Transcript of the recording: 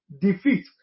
defeat